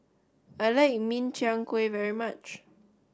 I like Min Chiang Kueh very much